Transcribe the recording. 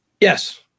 yes